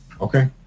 Okay